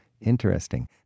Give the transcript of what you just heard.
Interesting